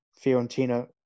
Fiorentina